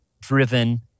driven